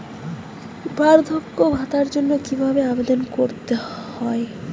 বার্ধক্য ভাতার জন্য কিভাবে আবেদন করতে হয়?